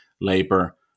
labor